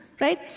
right